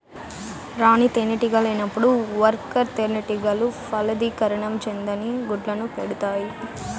రాణి తేనెటీగ లేనప్పుడు వర్కర్ తేనెటీగలు ఫలదీకరణం చెందని గుడ్లను పెడుతాయి